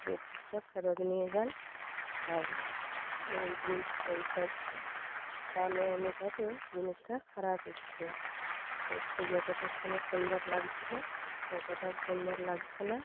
বেডশিটটা ফেরত নিয়ে যান আর মানে যেই পয়সার দামে অনুপাতে জিনিসটা খারাপ এসছে দেখতে যতোটা ফোনে সুন্দর লাগছিলো ততটাও সুন্দর লাগছে না